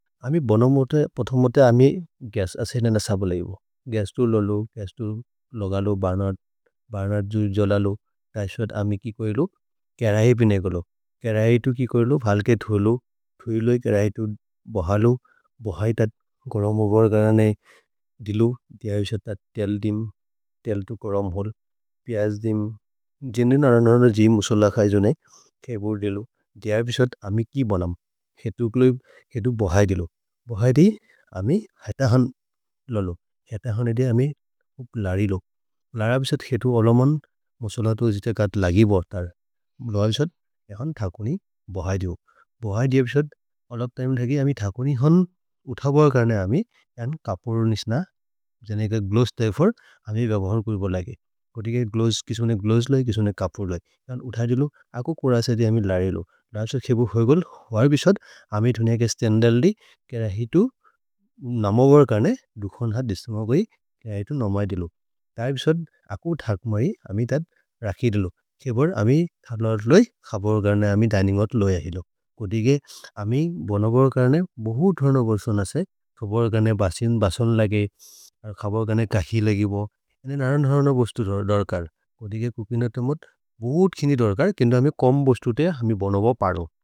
प्रथमोते अमि गस् असे नेन सब्ल एवो गस् तु ललो, गस् तु लगलो,। बर्नर्द् बर्नर्द् जु जललो तैश्वत् अमि कि कोएलो करहि बिनेगलो करहि तु कि कोएलो। भ्हल्के धोलो धोलो हि करहि तु बहलो बहै त गरम् ओगर् गरने दिलु दिय उश त तेल्। दिम् तेल् तु गरम् होल् प्याज् दिम् जिन्दु नरनरन जिम् उसल खै जोने। थेवोर् देलु दिय उशत् अमि कि बनम् केतु बहै दिलु बहै दि अमि हैत हन्। ललो हैत हन् एदे अमि लरि लो लरि अप्सत् केतु अलमन् मसोल तु जित लगिब लोइ। अप्सत् थकोनि बहै दिलु बहै दि अप्सत् अलत् तिमे थगि अमि थकोनि होन् उथबो। करने अमि कौन् कपोरो निस्न जने एकर् ग्लोस् थेवोर् अमि बबहर् कुल्बो लगे। कोतिके ग्लोस् किसुने ग्लोस् लै, किसुने कपोर् लै उथै दिलु अको कोरस एदे अमि। लरि लो रस खेपु होइ गोल् होइ अप्सत् अमि धुनि अके स्तन्दलि केर हितु नमोगर्। करने दुखोन् हत् दिसमोगै केर हितु नमै दिलु तै अप्सत् अको थक्मै अमि तद्। रखि देलु थेवोर् अमि थलोर् लोइ खबोर् करने अमि दिनिन्गोत् लोइ अहिलो कोतिके अमि बनोगर्। करने बोहुत् धोर्न बोसोन् असे खबोर् करने बसिन् बसोन् लगे खबोर् करने कखि। लगिब जने नरनरन बोस्तु दोर्कर् कोतिके कुपिन तमोद् बोहुत् खिनि दोर्कर् केन्दो अमि कम् बोस्तुते अमि बोनोबो परो।